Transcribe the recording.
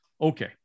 Okay